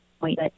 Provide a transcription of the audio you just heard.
wait